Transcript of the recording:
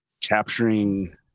capturing